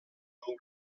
ultimo